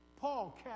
Paul